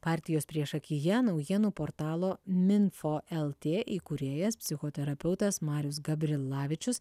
partijos priešakyje naujienų portalo minfo lt įkūrėjas psichoterapeutas marius gabrilavičius